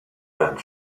and